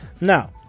Now